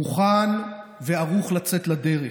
משרד הבריאות מוכן וערוך לצאת לדרך.